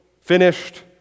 finished